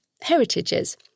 heritages